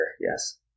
yes